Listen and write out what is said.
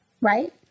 right